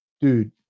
dude